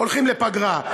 הולכים לפגרה.